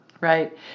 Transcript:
right